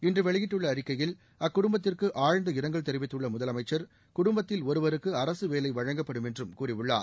இன்று வெளியிட்டுள்ள அறிக்கையில் அக்குடும்பத்திற்கு ஆழ்ந்த இரங்கல் தெரிவித்துள்ள முதலமைச்சா் குடும்பத்தில் ஒருவருக்கு அரசு வேலை வழங்கப்படும் என்றும் கூறியுள்ளார்